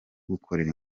gukorera